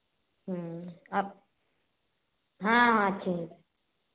आप हाँ हाँ ठीक